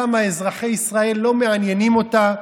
כמה אזרחי ישראל לא מעניינים אותה.